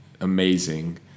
amazing